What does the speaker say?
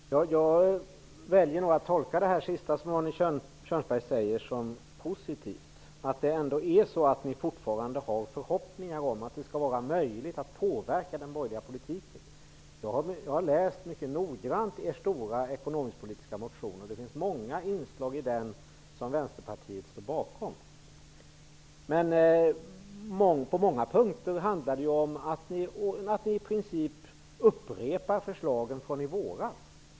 Herr talman! Jag väljer att tolka det sista som Arne Kjörnsberg säger som positivt, att ni fortfarande ändå har förhoppningar om att det skall vara möjligt att påverka den borgerliga politiken. Jag har läst er stora ekonomisk-politiska motion mycket noggrant. Det finns många inslag i den som Vänsterpartiet står bakom. På många punkter handlar det om att ni i princip upprepar förslagen från i våras.